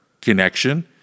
connection